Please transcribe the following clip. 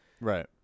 Right